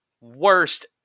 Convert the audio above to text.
worst